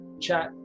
Chat